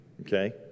Okay